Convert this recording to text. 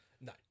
No